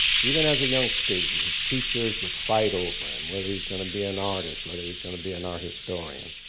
even as a young student, his teachers would fight over him, whether he was going to be an artist, whether he was going to be an art historian.